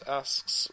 asks